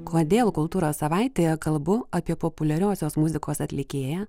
kodėl kultūros savaitėje kalbu apie populiariosios muzikos atlikėją